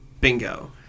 Bingo